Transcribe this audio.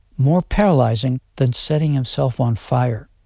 more paralyzing, than setting himself on fire.